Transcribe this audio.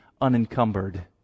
unencumbered